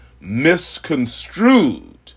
misconstrued